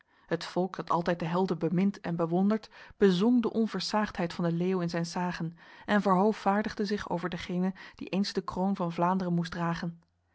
het volk dat altijd de helden bemint en bewondert bezong de onversaagdheid van de leeuw in zijn sagen en verhovaardigde zich over degene die eens de kroon van vlaanderen moest dragen